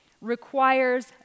requires